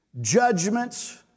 judgments